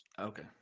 Okay